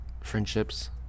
friendships